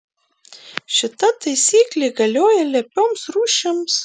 šita taisyklė galioja lepioms rūšims